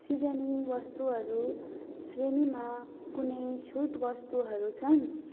seasoning वस्तुहरू श्रेणीमा कुनै छुट वस्तुहरू छन्